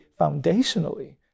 foundationally